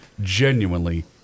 genuinely